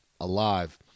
alive